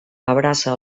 abraça